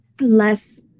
less